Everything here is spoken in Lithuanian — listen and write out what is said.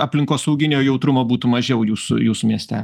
aplinkosauginio jautrumo būtų mažiau jūsų jusų mieste